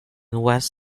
west